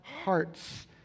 hearts